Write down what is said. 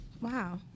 Wow